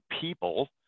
people